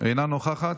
אינה נוכחת.